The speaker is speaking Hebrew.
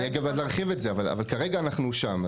כמובן נרחיב את זה, אבל כרגע אנחנו שם.